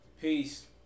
Peace